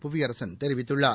Puviyarasan தெரிவத்துள்ளார்